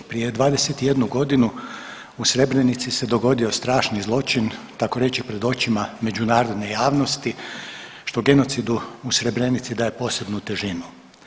Prije 21 godinu u Srebrenici se dogodio strašni zločin, tako reći pred očima međunarodne javnosti, što genocidu u Srebrenici daje posebnu težinu.